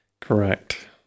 Correct